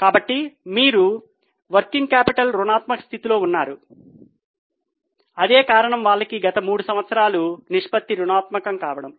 కాబట్టి వారు working capital రుణాత్మక స్థితిలో ఉన్నారు అదే కారణం వాళ్లకి గత మూడు సంవత్సరాలు నిష్పత్తి రుణాత్మకం కావడం